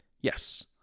Yes